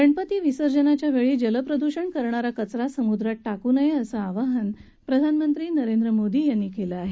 गणपती विसर्जनाच्या वेळी जलप्रदूषण करणारा कचरा समुद्रात टाकू नयेअसं आवाहन प्रधानमंत्री नरेंद्र मोदी यांनी केलंआहे